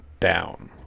Down